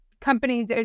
companies